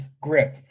grip